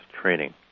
training